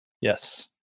Yes